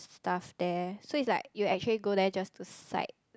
stuff there so it's like you actually go there just to sight